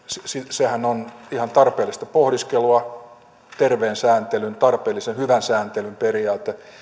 sehän on ihan tarpeellista pohdiskelua terveen sääntelyn tarpeellisen hyvän sääntelyn periaate